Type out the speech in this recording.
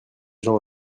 gens